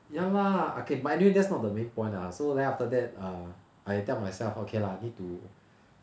ya lah okay but anyway that's not the main point lah so then after that err I tell myself okay lah need to